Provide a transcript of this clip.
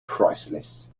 priceless